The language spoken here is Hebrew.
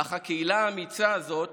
אך הקהילה האמיצה הזאת